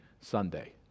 Sunday